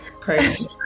crazy